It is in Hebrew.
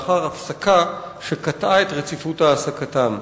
לאחר הפסקה שקטעה את רציפות העסקתם,